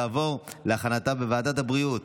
ותעבור לוועדת הבריאות